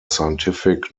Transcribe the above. scientific